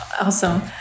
awesome